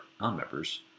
non-members